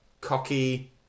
cocky